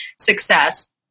success